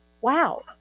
wow